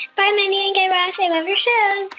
bye, mindy and guy raz. i love your show